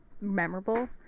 memorable